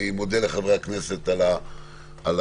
אני מודה לחברי הכנסת על הדיון.